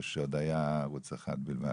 כשעוד היה ערוץ 1 בלבד,